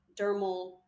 dermal